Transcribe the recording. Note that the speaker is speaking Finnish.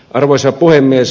arvoisa puhemies